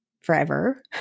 forever